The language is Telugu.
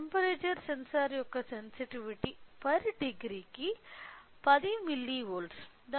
టెంపరేచర్ సెన్సార్ యొక్క సెన్సిటివిటీ 0C కి 10 మిల్లీవోల్ట్